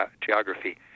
geography